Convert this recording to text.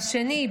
והשני,